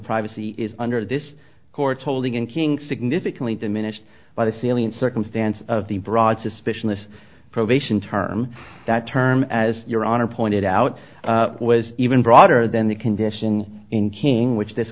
privacy is under this court's holding in king significantly diminished by the salient circumstance of the broad suspicion this probation term that term as your honor pointed out was even broader than the condition in king which this